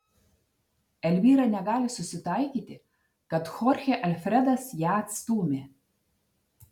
elvyra negali susitaikyti kad chorchė alfredas ją atstūmė